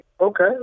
okay